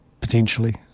potentially